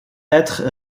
être